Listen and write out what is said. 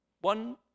one